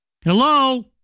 Hello